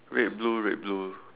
red blue red blue